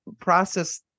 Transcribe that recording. process